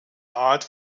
art